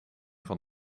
van